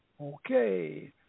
Okay